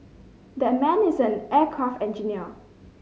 that man is an aircraft engineer